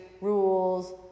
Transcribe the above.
rules